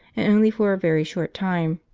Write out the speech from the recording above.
and only for a very short time,